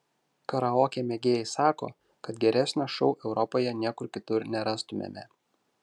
karaoke mėgėjai sako kad geresnio šou europoje niekur kitur nerastumėme